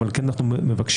אבל כן אנחנו מבקשים,